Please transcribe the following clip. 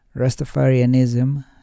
Rastafarianism